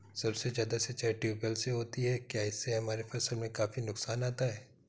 सबसे ज्यादा सिंचाई ट्यूबवेल से होती है क्या इससे हमारे फसल में काफी नुकसान आता है?